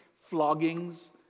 floggings